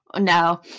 No